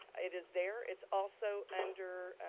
it is there. it's also under,